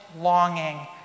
longing